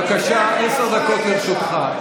בבקשה, עשר דקות לרשותך.